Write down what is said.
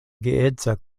geedza